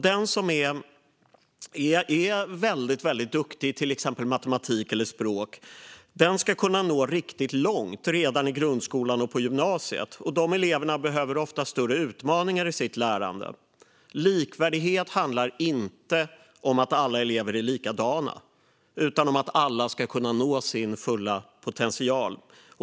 Den som är väldigt, väldigt duktig i till exempel matematik eller språk ska kunna nå riktigt långt redan i grundskolan och på gymnasiet. De eleverna behöver ofta större utmaningar i sitt lärande. Likvärdighet handlar inte om att alla elever är likadana utan om att alla ska kunna nå sin fulla potential.